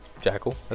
Jackal